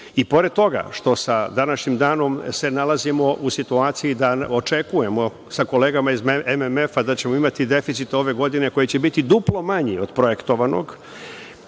i pored toga što sa današnjim danom se nalazimo u situaciji da očekujemo sa kolegama iz MMF da ćemo imati deficit ove godine koji će biti duplo manji od projektovanog,